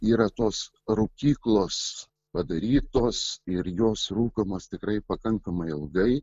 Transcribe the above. yra tos rūkyklos padarytos ir jos rūkomos tikrai pakankamai ilgai